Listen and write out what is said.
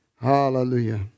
Hallelujah